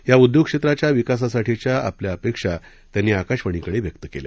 या उद्योगक्षेत्राच्या विकासासाठीच्या आपल्या अपेक्षा त्यांनी आकाशवाणीकडे व्यक्त केल्या